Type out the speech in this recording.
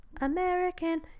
American